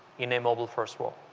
in a mobile-first world?